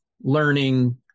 learning